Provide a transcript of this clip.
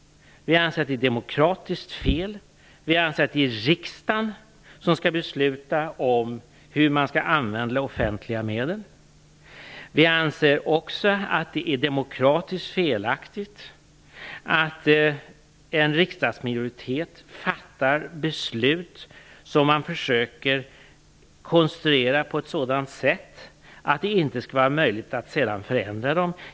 Vi anser att det är demokratiskt fel. Vi anser att det är riksdagen som skall besluta om hur man skall använda offentliga medel. Vi anser också att det är demokratiskt felaktigt att en riksdagsminoritet fattar beslut som man försöker konstruera på ett sådant sätt att det inte skall vara möjligt att sedan förändra dem.